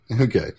Okay